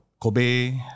Kobe